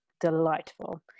delightful